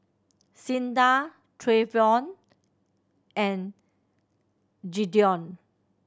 Cinda Trayvon and Gideon